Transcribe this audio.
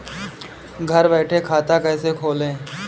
घर बैठे खाता कैसे खोलें?